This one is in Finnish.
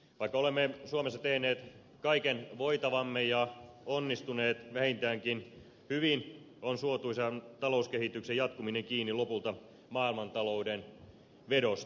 vaikka olemme suomessa tehneet kaiken voitavamme ja onnistuneet vähintäänkin hyvin on suotuisan talouskehityksen jatkuminen kiinni lopulta maailmantalouden vedosta